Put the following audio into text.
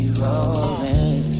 rolling